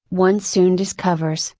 one soon discovers,